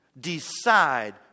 Decide